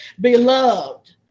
beloved